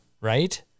Right